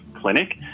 clinic